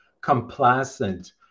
complacent